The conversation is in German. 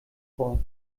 vor